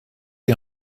die